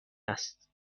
است